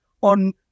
on